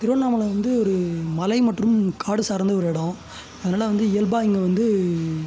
திருவண்ணாமலை வந்து ஒரு மலை மற்றும் காடு சார்ந்த ஒரு இடம் அதனால் வந்து இயல்பாக இங்கே வந்து